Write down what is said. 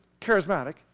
charismatic